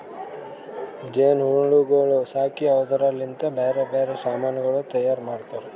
ಜೇನು ಹುಳಗೊಳ್ ಸಾಕಿ ಅವುದುರ್ ಲಿಂತ್ ಬ್ಯಾರೆ ಬ್ಯಾರೆ ಸಮಾನಗೊಳ್ ತೈಯಾರ್ ಮಾಡ್ತಾರ